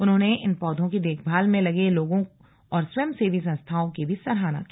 उन्होंने इन पौधों की देखभाल में लगे लोगों और स्वयंसेवी संस्थाओं की भी सराहना की